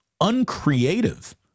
uncreative